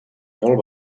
molt